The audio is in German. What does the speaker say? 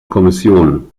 kommission